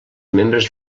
membres